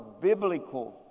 biblical